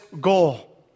goal